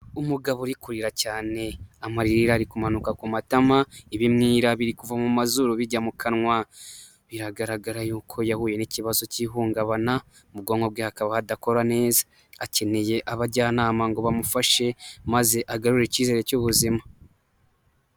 Umugabo uri kurira cyane, amarira ari kumanuka ku matama, ibimwira biri kuva mu mazuru bijya mu kanwa, biragaragara y'uko yahuye n'ikibazo cy'ihungabana, mu bwonko bwe hakaba hadakora neza, akeneye abajyanama ngo bamufashe maze agarure icyizere cy'ubuzima.